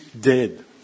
dead